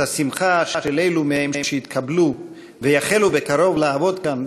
את השמחה של אלו מהם שהתקבלו ויחלו בקרוב לעבוד כאן,